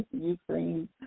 Ukraine